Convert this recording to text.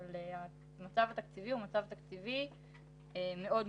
אבל המצב התקציבי הוא מצב תקציבי מאוד מורכב.